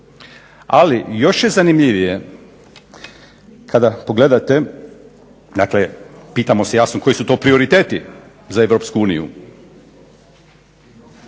Ali još je zanimljivije kada pogledate, dakle pitamo se jasno koji su to prioriteti za Europsku uniju.